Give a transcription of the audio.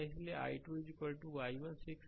इसलिए i2 i1 6 से